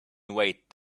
wait